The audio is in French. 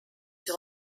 sur